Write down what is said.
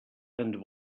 and